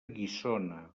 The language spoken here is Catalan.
guissona